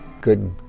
Good